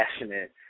passionate